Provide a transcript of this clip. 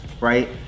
right